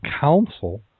Council